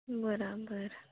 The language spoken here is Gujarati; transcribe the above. બરાબર